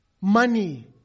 money